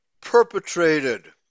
perpetrated